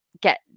get